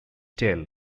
tail